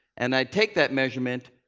and i take that measurement,